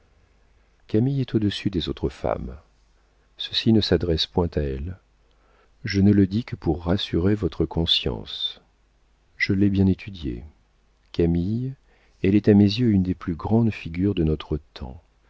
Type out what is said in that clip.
camille est au-dessus des autres femmes ceci ne s'adresse point à elle je ne le dis que pour rassurer votre conscience je l'ai bien étudiée camille elle est à mes yeux une des plus grandes figures de notre temps